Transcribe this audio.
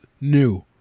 new